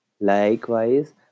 Likewise